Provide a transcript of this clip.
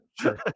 Sure